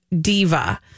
diva